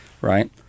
right